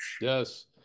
yes